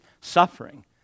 suffering